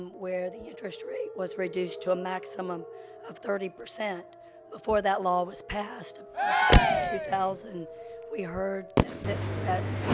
where the interest rate was reduced to a maximum of thirty. before that law was passed i think it was in two thousand we heard that that that,